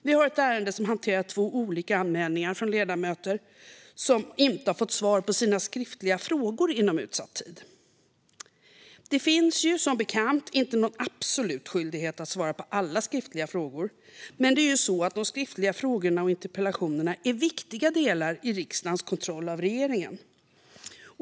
Vi har ett ärende som hanterar två olika anmälningar från ledamöter som inte har fått svar på sina skriftliga frågor inom utsatt tid. Det finns som bekant ingen absolut skyldighet att svara på alla skriftliga frågor, men de skriftliga frågorna och interpellationerna är viktiga delar i riksdagens kontroll av regeringen.